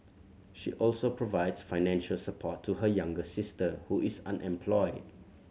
she also provides financial support to her younger sister who is unemployed